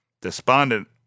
despondent